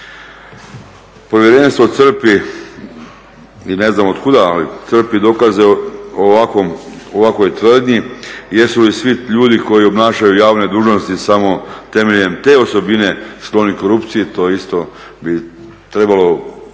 Povjerenstvo crpi, ne znam od kuda, ali crpi dokaze o ovakvoj tvrdnji jesu li svi ljudi koji obnašaju javne dužnosti samo temeljem te osobine skloni korupciji to isto bi trebalo definirati